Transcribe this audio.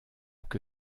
que